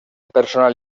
personal